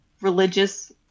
religious